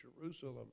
Jerusalem